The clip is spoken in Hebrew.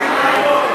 אי-אמון,